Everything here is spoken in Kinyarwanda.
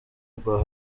rwa